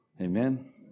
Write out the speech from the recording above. Amen